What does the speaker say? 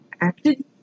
acted